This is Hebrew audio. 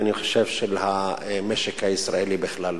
ואני חושב של המשק הישראלי בכלל,